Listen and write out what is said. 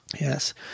yes